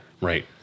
Right